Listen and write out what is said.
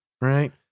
right